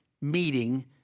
meeting